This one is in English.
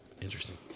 Interesting